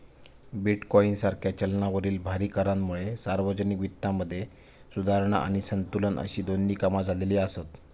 bitcoin सारख्या चलनावरील भारी करांमुळे सार्वजनिक वित्तामध्ये सुधारणा आणि संतुलन अशी दोन्ही कामा झालेली आसत